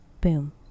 boom